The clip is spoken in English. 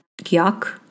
yuck